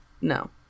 No